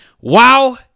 Wow